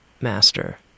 master